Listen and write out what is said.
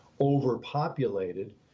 overpopulated